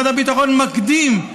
משרד הביטחון מקדים,